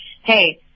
hey